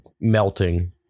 melting